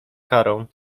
karą